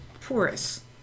porous